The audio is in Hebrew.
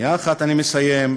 שנייה אחת אני מסיים.